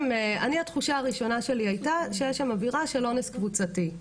התחושה הראשונה שלי הייתה שיש שם אווירה של אונס קבוצתי,